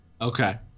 Okay